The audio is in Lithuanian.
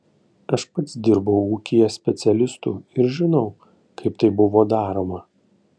aš pats dirbau ūkyje specialistu ir žinau kaip tai buvo daroma